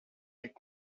est